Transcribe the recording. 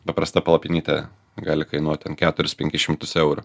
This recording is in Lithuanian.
paprasta palapinytė gali kainuot ten keturis penkis šimtus eurų